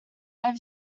have